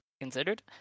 considered